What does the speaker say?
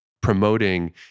promoting